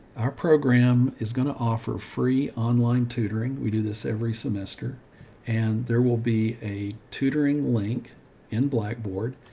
our program is going to offer free online tutoring. we do this every semester and there will be a tutoring link in blackboard.